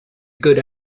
good